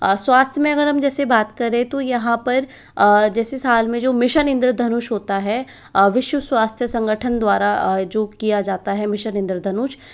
स्वास्थ्य में अगर हम जैसे बात करें तो यहाँ पर जैसे साल में जो मिशन इंद्रधनुष होता है विश्व स्वास्थ्य संगठन द्वारा जो किया जाता है मिशन इंद्रधनुष